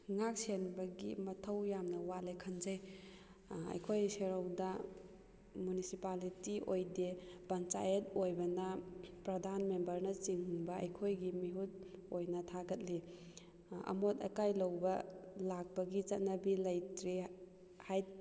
ꯉꯥꯛ ꯁꯦꯟꯕꯒꯤ ꯃꯊꯧ ꯌꯥꯝꯅ ꯋꯥꯠꯂꯦ ꯈꯟꯖꯩ ꯑꯩꯈꯣꯏ ꯁꯦꯔꯧꯗ ꯃꯨꯅꯤꯁꯤꯄꯥꯂꯤꯇꯤ ꯑꯣꯏꯗꯦ ꯄꯟꯆꯥꯌꯠ ꯑꯣꯏꯕꯅ ꯄ꯭ꯔꯙꯥꯟ ꯃꯦꯝꯕꯔꯅꯆꯤꯡꯕ ꯑꯩꯈꯣꯏꯒꯤ ꯃꯤꯍꯨꯠ ꯑꯣꯏꯅ ꯊꯥꯒꯠꯂꯤ ꯑꯃꯣꯠ ꯑꯀꯥꯏ ꯂꯧꯕ ꯂꯥꯛꯄꯒꯤ ꯆꯠꯅꯕꯤ ꯂꯩꯇ꯭ꯔꯤ ꯍꯥꯏ